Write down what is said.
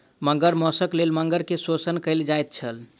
मगर मौसक लेल मगर के शोषण कयल जाइत छल